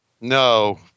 No